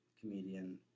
comedian